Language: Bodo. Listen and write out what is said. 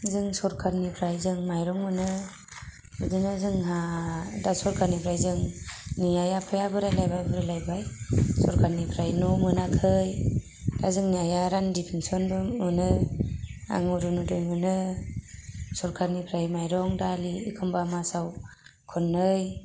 जों सरकारनिफ्राय जों माइरं मोनो बिदिनो जोंहा दा सरकारनिफ्राय जों नै आइ आफाया बोरायलायबाय बुरिलायबाय सरकारनिफ्राय न' मोनाखै दा जोंनि आइया रान्दि पेन्सनल' मोनो आं अरुनदय मोनो सरकारनिफ्राय माइरं दालि एखनबा मासआव खननै